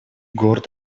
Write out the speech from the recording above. горд